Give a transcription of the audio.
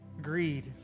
greed